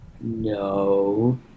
No